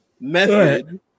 method